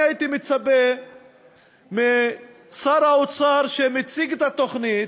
הייתי מצפה משר האוצר שמציג את התוכנית,